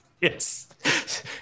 Yes